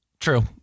True